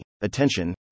Attention